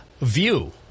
view